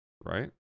right